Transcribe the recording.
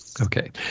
Okay